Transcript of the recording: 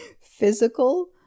physical